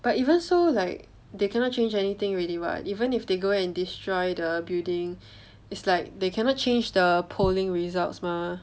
but even so like they cannot change anything already but even if they go and destroy the building it's like they cannot change the polling results mah